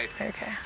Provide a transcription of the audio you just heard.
okay